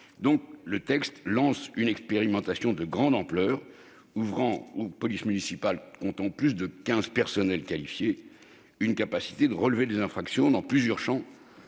ce texte lance une expérimentation de grande ampleur, ouvrant aux polices municipales comptant plus de quinze agents qualifiés la capacité de relever des infractions dans plusieurs champs